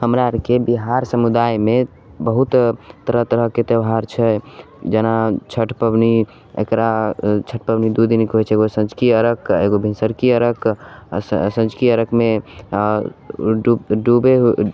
हमरा आरके बिहार समुदायमे बहुत तरह तरहके त्यौहार छै जेना छठि पबनी ओकरा छठि पबनी दू दिनके होइत छै एगो सँझुकी अरगके आ एगो भिनसरकी अरग सँझुकी अरगमे डुब डुबैत